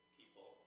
people